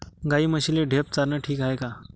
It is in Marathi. गाई म्हशीले ढेप चारनं ठीक हाये का?